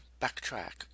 backtrack